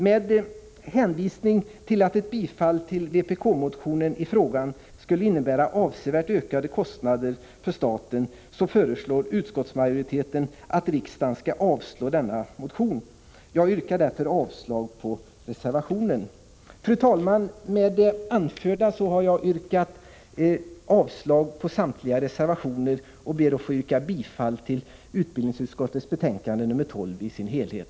Med hänvisning till att ett bifall till vpk-motionen i frågan skulle innebära avsevärt ökade kostnader för staten, föreslår utskottsmajoriteten att riksdagen skall avslå denna motion. Jag yrkar därför avslag på denna reservation. Fru talman! Med det anförda har jag yrkat avslag på samtliga reservationer och ber att få yrka bifall till hemställan i utbildningsutskottets betänkande nr 12 i sin helhet.